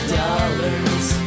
dollars